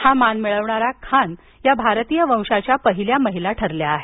हा मान मिळवणाऱ्या खान या भारतीय वंशाच्या पहिल्या महिला ठरल्या आहेत